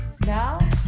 Now